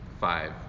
five